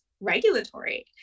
regulatory